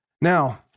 Now